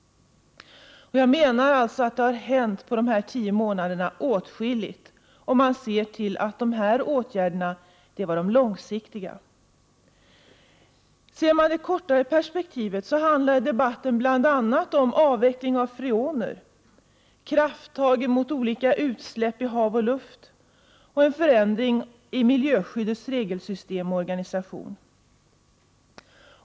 Jag menar alltså att det under dessa tio månader har hänt åtskilligt, om man ser till att dessa åtgärder är långsiktiga. I det kortare perspektivet handlar det bl.a. om att upphöra med användning av freoner, om krafttag mot olika utsläpp och luft samt om en förändring i miljöskyddets regelsystem och organisation.